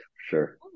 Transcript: Sure